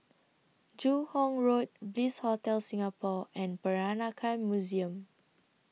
Joo Hong Road Bliss Hotel Singapore and Peranakan Museum